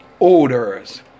odors